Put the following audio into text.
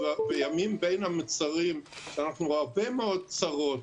בימים בין המצרים, יש הרבה מאוד צרות,